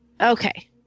Okay